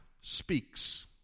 speaks